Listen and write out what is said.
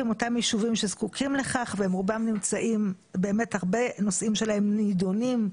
עם אותם ישובים שזקוקים לכך והרבה נושאים שלהם נדונים